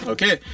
Okay